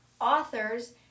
authors